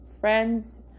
friends